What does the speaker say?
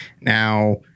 Now